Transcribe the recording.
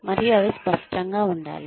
మరియు అవి స్పష్టంగా ఉండాలి